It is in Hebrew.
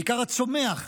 בעיקר הצומח,